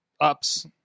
ups